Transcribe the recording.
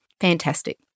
Fantastic